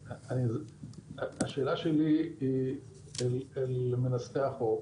השאלה שלי היא אל מנסחי החוק.